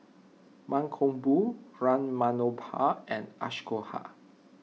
Mankombu Ram Manohar and Ashoka